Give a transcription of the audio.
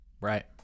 right